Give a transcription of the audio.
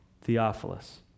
Theophilus